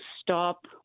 stop